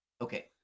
Okay